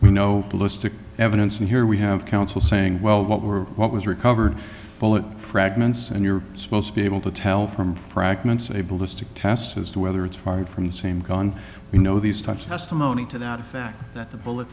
you know the list of evidence and here we have counsel saying well what were what was recovered bullet fragments and you're supposed to be able to tell from fragments able to stick test as to whether it's fired from the same can you know these types of testimony to that fact that the bullet